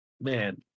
Man